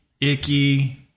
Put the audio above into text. icky